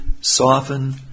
soften